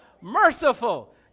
merciful